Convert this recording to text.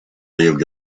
lived